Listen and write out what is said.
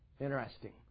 Interesting